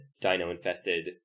dino-infested